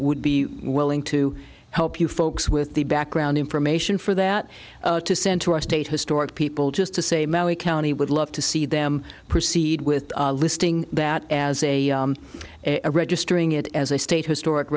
would be willing to help you folks with the background information for that to send to our state historic people just to say maui county would love to see them proceed with listing that as a registering it as a state historic